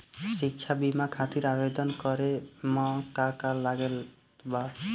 शिक्षा बीमा खातिर आवेदन करे म का का लागत बा?